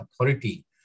authority